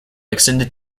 extended